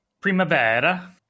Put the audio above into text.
Primavera